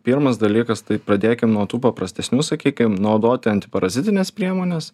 pirmas dalykas tai pradėkim nuo tų paprastesnių sakykim naudoti antiparazitines priemones